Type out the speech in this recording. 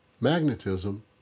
magnetism